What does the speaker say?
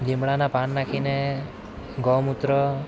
લીમડાના પાન નાખીને ગૌમૂત્ર